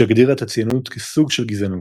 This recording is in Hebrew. שהגדירה את הציונות כ"סוג של גזענות".